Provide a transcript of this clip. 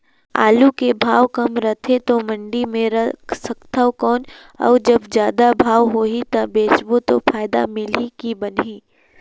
आलू के भाव कम रथे तो मंडी मे रख सकथव कौन अउ जब जादा भाव होही तब बेचबो तो फायदा मिलही की बनही?